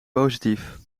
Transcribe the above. positief